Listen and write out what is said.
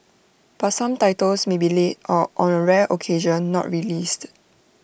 but some titles may be late or on A rare occasion not released